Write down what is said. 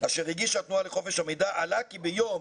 אשר הגישה התנועה לחופש המידע, עלה כי ביום